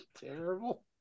terrible